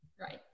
Right